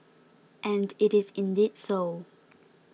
and it is indeed so